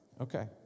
Okay